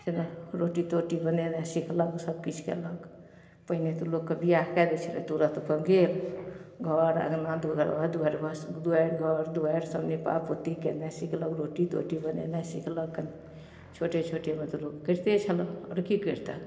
से नहि रोटी तोटी बनेनाइ सिखलक सबकिछु कएलक पहिने तऽ लोकके बिआह कै दै छलै तुरन्त अपन गेल घर अँगना दुअरा दुअरा दुआरि बस घर दुआरिसब नीपा पोती केनाइ सिखलक रोटी तोटी बनेनाइ सिखलक कनी छोटे छोटेमे तऽ लोक करिते छलै आओर कि करितै